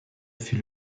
fut